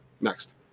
Next